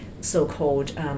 so-called